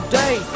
day